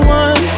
one